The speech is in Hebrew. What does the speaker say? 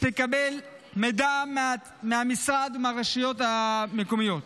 שתקבל מידע מהמשרד מהרשויות המקומיות.